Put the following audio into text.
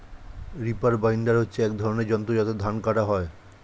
reaper binder হচ্ছে এক ধরনের যন্ত্র যাতে ধান কাটা হয়